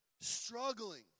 struggling